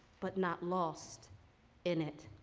but not lost in it.